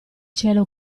cielo